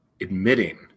admitting